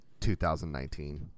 2019